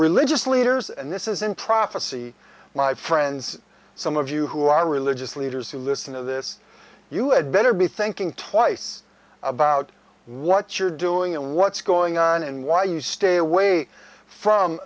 religious leaders and this is in prophecy my friends some of you who are religious leaders who listen to this you had better be thinking twice about what you're doing and what's going on in why you stay away from